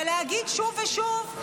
ולהגיד שוב ושוב: